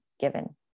given